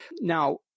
Now